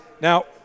Now